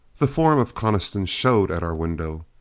the form of coniston showed at our window.